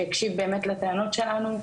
שהקשיב באמת לטענות שלנו,